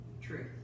truth